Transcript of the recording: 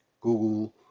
Google